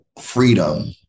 freedom